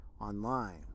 online